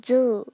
Zoo